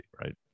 right